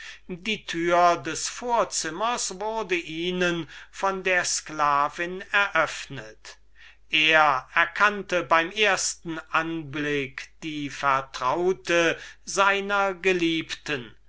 die türe des vorzimmers wurde ihnen von der sklavin eröffnet er erkannte beim ersten anblick die vertraute seiner geliebten